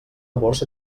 borsa